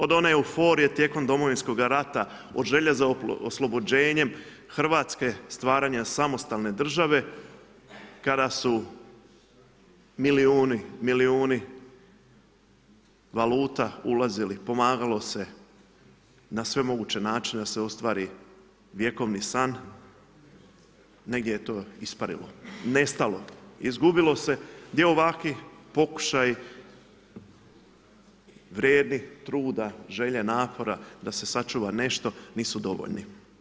Od one euforije tijekom domovinskoga rata, od želje za oslobođenjem Hrvatske, stvaranja samostalne države, kada su milijuni, milijuni valuta ulazili, pomagalo se na sve moguće načine da se ostvari vjekovni san, negdje je to isparilo, nestalo, izgubilo se, gdje ovakvi pokušaji vrijedni truda, želje, napora da se sačuva nešto nisu dovoljni.